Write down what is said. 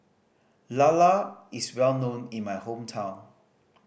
lala is well known in my hometown